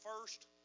first